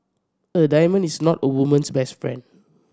a diamond is not a woman's best friend